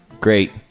Great